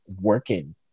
working